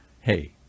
hey